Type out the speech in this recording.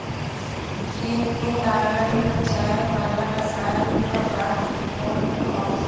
खेत मे डालल जाए वाला रसायन क बात होत हौ